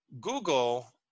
Google